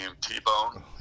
t-bone